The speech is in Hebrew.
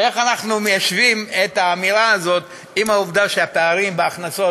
איך אנחנו מיישבים את האמירה הזאת עם העובדה שהפערים בהכנסות